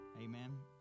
Amen